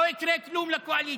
לא יקרה כלום לקואליציה,